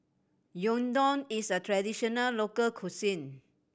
gyudon is a traditional local cuisine